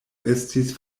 estis